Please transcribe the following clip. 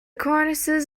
cornices